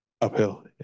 Uphill